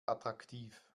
attraktiv